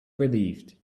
relieved